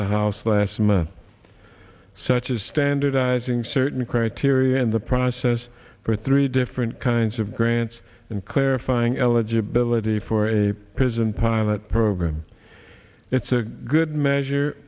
the house last month such as standardising certain criteria in the process for three different kinds of grants and clarifying eligibility for a prison pilot program it's a good measure